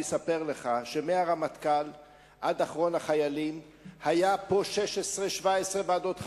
הוא יספר לך שמהרמטכ"ל ועד אחרון החיילים היו פה 16 או 17 ועדות חקירה,